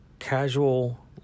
casual